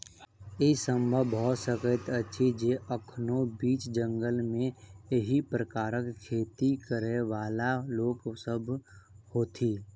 ई संभव भ सकैत अछि जे एखनो बीच जंगल मे एहि प्रकारक खेती करयबाला लोक सभ होथि